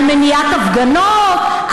על מניעת הפגנות,